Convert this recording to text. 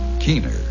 keener